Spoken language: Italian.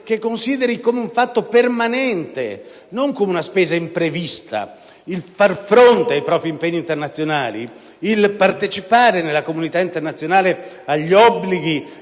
che consideri come un fatto permanente, e non come una spesa imprevista, il far fronte ai propri impegni internazionali, il partecipare nella comunità internazionale agli obblighi